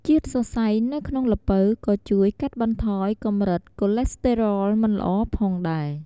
ជាតិសរសៃនៅក្នុងល្ពៅក៏ជួយបន្ថយកម្រិតកូឡេស្តេរ៉ុលមិនល្អផងដែរ។